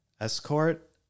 escort